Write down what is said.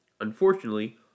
Unfortunately